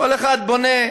כל אחד בונה,